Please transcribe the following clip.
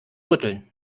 rütteln